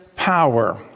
Power